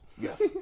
Yes